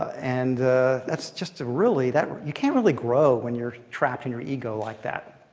and that's just really that you can't really grow when you're trapped in your ego like that.